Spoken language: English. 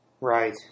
Right